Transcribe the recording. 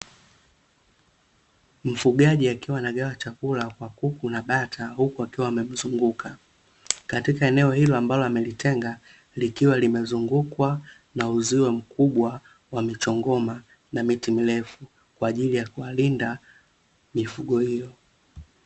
Mfugaji akiwa anagawa chakula kwa kuku na bata huku akiwa wamemzunguka, katika eneo hilo ambalo amelitenga likiwa limezungukwa na uziwo mkubwa wa michongoma na miti mirefu kwa ajili ya kuwalinda mifugo hiyo.